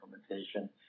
implementation